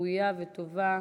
ראויה וטובה.